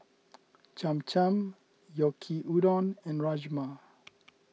Cham Cham Yaki Udon and Rajma